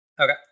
Okay